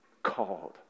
called